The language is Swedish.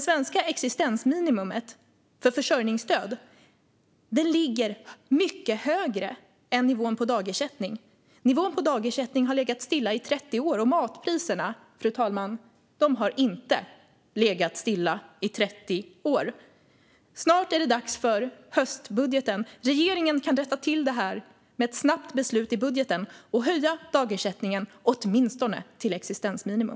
Svenskt existensminimum för försörjningsstöd ligger mycket högre än nivån på dagersättningen. Nivån på dagersättningen har legat stilla i 30 år, men matpriserna, fru talman, har inte legat stilla i 30 år. Snart är det dags för höstbudgeten. Regeringen kan rätta till detta med ett snabbt beslut i budgeten och höja dagersättningen åtminstone till existensminimum.